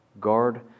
guard